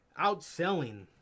outselling